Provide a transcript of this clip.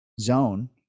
zone